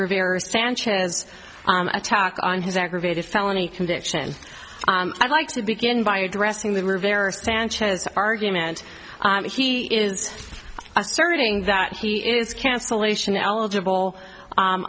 rivera sanchez attack on his aggravated felony conviction i'd like to begin by addressing the rivera sanchez argument that he is asserting that he is cancellation eligible